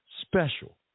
special